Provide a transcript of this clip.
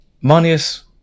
Manius